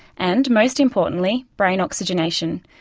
and, most importantly, brain oxygenation.